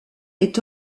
est